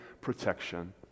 protection